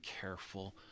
careful